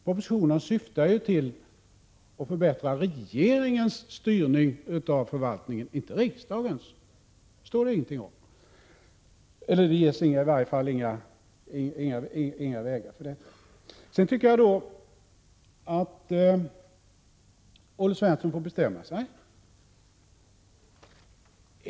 Propositionen syftar ju till att förbättra regeringens styrning av förvaltningen, inte riksdagens. Detta står det ingenting om, i varje fall anvisas inga vägar för det. 23 Så tycker jag att Olle Svensson får bestämma sig.